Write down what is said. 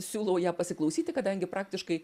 siūlau ją pasiklausyti kadangi praktiškai